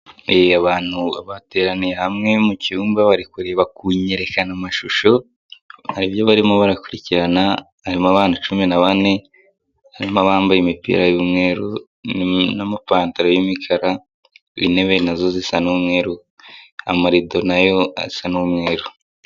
Abantu bateraniye hamwe mu cyumba bari kureba kunyerekanamashusho, hari ibyo barimo barakurikirana, harimo abana cumi na bane bambaye imipira y'umweru n'amapantaro y'imikara, intebe nazo zisa n'umweru amarido nayo asa n'umweru.